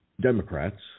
Democrats